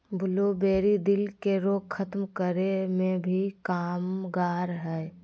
blueberry, दिल के रोग खत्म करे मे भी कामगार हय